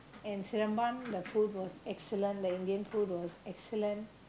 and Seremban the food was excellent the Indian food was excellent